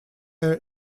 air